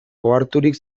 oharturik